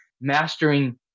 mastering